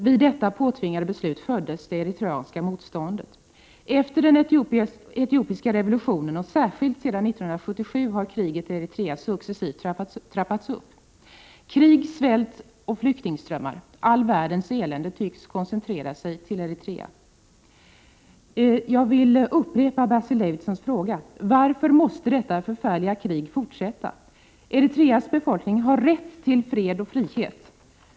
Vid detta påtvingade beslut föddes det eritreanska motståndet. Efter den etiopiska revolutionen och särskilt sedan 1977 har kriget i Eritrea successivt trappats upp. Krig, svält och flyktingströmmar — all världens elände tycks koncentrera sig till Eritrea. Jag vill upprepa Basil Davidsons fråga: Varför måste detta förfärliga krig fortsätta? Eritreas befolkning har rätt till fred och frihet.